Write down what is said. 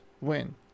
win